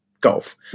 golf